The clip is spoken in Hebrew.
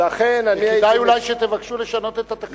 אולי כדאי לשנות את התקנון.